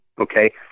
okay